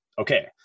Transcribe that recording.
Okay